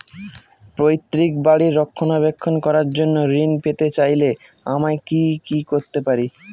পৈত্রিক বাড়ির রক্ষণাবেক্ষণ করার জন্য ঋণ পেতে চাইলে আমায় কি কী করতে পারি?